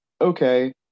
Okay